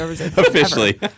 Officially